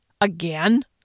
Again